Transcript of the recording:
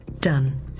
Done